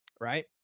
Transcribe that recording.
Right